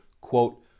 quote